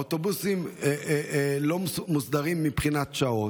האוטובוסים לא מוסדרים מבחינת שעות,